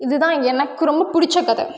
இதுதான் எனக்கு ரொம்ப பிடிச்ச கதை